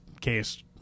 case